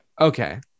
Okay